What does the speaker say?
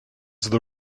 the